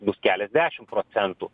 bus keliasdešim procentų